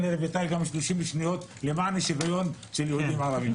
לרביטל למען שוויון של יהודים וערביים.